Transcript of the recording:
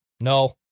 No